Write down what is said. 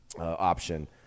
option